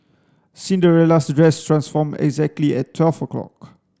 Cinderella's dress transformed exactly at twelve o'clock